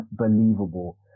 unbelievable